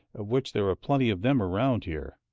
of which there are plenty of them around here,